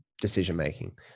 decision-making